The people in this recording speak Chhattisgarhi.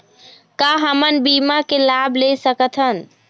का हमन बीमा के लाभ ले सकथन?